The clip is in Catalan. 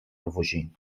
refugi